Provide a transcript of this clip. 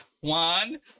One